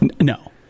No